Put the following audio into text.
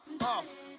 off